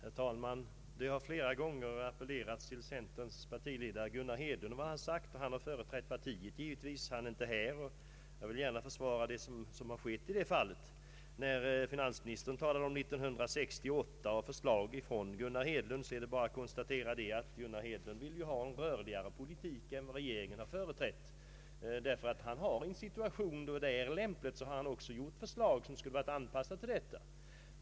Herr talman! Det har flera gånger hänvisats till vad centerns partiledare Gunnar Hedlund har sagt. Han har givetvis företrätt partiet. Han är inte här, och jag vill gärna försvara vad som har skett. När finansministern talar om 1968 års förslag från Gunnar Hedlund, är det bara att konstatera att Gunnar Hedlund vill ha en rörligare politik än vad regeringen har företrätt. I en situation där det varit lämpligt har han också framlagt förslag som varit anpassade till denna situation.